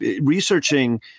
researching